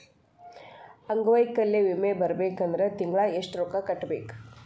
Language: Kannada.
ಅಂಗ್ವೈಕಲ್ಯ ವಿಮೆ ಬರ್ಬೇಕಂದ್ರ ತಿಂಗ್ಳಾ ಯೆಷ್ಟ್ ರೊಕ್ಕಾ ಕಟ್ಟ್ಬೇಕ್?